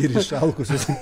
ir išalkusius